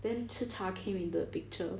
then CHICHA came into the picture